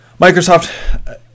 Microsoft